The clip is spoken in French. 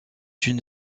une